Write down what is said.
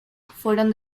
fueron